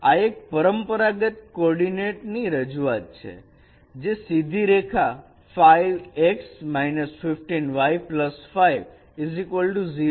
અને આ એક પરંપરાગત કોર્ડીનેટ ની રજૂઆત છે જે સીધી રેખા 5x 15y 5 0 ને સમાન છે